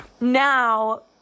now